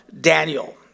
Daniel